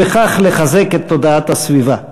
ובכך לחזק את תודעת הסביבה.